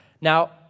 Now